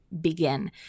begin